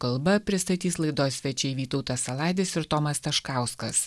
kalba pristatys laidos svečiai vytautas saladis ir tomas taškauskas